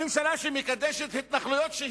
ממשלה שמקדשת התנחלויות,